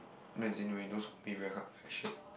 as in when you no school very hard very shiok